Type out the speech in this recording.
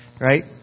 Right